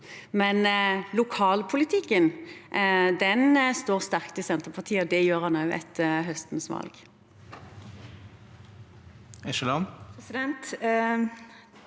Men lokalpolitikken står sterkt i Senterpartiet, og det gjør den også etter høstens valg.